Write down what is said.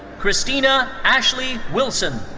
christina ashley wilson.